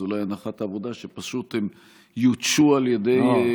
אז אולי הנחת העבודה היא שפשוט הם יותשו על ידי,